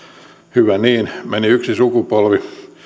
hyvä niin meni yksi sukupolvi